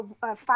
five